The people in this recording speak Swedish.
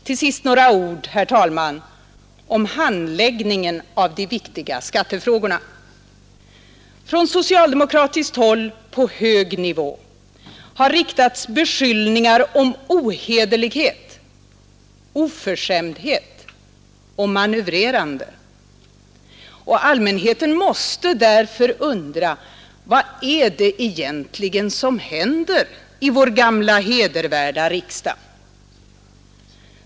Till sist några ord, herr talman, om handläggningen av de viktiga skattefrågorna. Från socialdemokratiskt håll på hög nivå har framförts beskyllningar om ohederlighet, oförskämdhet och manövrerande, och allmänheten måste därför undra vad det egentligen är som händer i vår gamla hedervärda riksdag.